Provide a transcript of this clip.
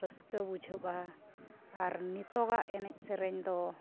ᱨᱟᱹᱥᱠᱟᱹ ᱵᱩᱡᱷᱟᱹᱜᱼᱟ ᱟᱨ ᱱᱤᱛᱚᱜᱟᱜ ᱮᱱᱮᱡ ᱥᱮᱨᱮᱧ ᱫᱚ